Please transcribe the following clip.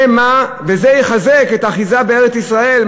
וזה יחזק את האחיזה בארץ-ישראל.